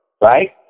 Right